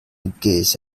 gaze